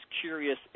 curious